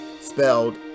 spelled